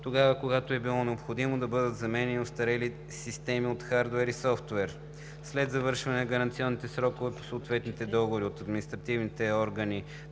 години, когато е било необходимо да бъдат заменяни остарелите системи от хардуер и софтуер. След завършване на гаранционните срокове по съответните договори от административните органи